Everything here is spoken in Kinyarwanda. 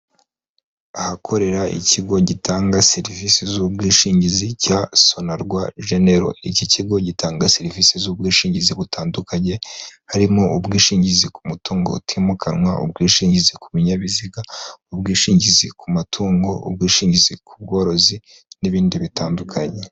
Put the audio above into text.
Ahakorera ikigo gitanga serivisi z'ubwishingizi cya Sonerwa genero, iki kigo gitanga serivisi z'ubwishingizi butandukanye harimo ubwishingizi ku mutungo utimukanwa, ubwishingizi ku binyabiziga, ubwishingizi ku matungo, ubwishingizi ku bworozi n'ibindi bitandukanye.